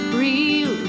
real